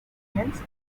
variance